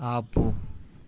ఆపు